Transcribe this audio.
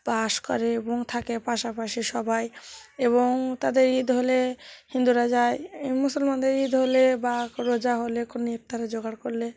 বাস করে এবং থাকে পাশাপাশি সবাই এবং তাদের ঈদ হলে হিন্দুরা যায় মুসলমানদের ঈদ হলে বা রোজা হলে কোনো ইফতারে জোগাড় করলে